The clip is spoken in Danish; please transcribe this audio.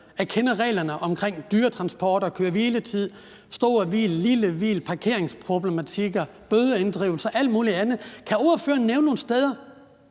at kende reglerne omkring dyretransporter, køre-hvile-tid, stort hvil, lille hvil, parkeringsproblematikker, bødeinddrivelser og alt muligt andet? Kan ordføreren nævne nogen steder,